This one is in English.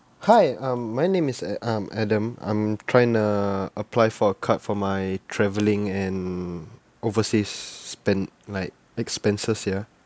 hi um my name is uh um adam I'm trying to apply for a card for my travelling and overseas spend like expenses ya